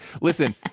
Listen